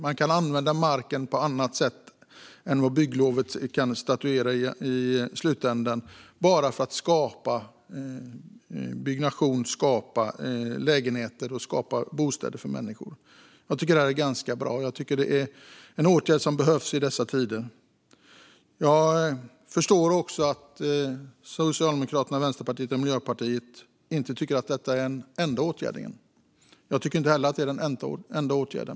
Man kan i slutändan använda marken på annat sätt än vad som statueras i bygglovet för att skapa byggnation, lägenheter och bostäder för människor. Jag tycker att detta är ganska bra. Det är en åtgärd som behövs i dessa tider. Jag förstår att Socialdemokraterna, Vänsterpartiet och Miljöpartiet inte tycker att detta kan vara den enda åtgärden. Jag tycker inte heller att det ska vara den enda åtgärden.